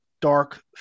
dark